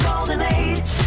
golden age.